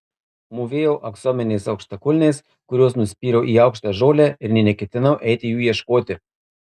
mūvėjau aksominiais aukštakulniais kuriuos nuspyriau į aukštą žolę ir nė neketinau eiti jų ieškoti